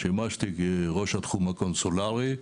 שימשתי כראש התחום הקונסולרי,